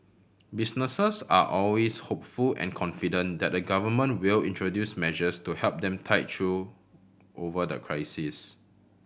businesses are always hopeful and confident that the Government will introduce measures to help them tide through over the crisis